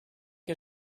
her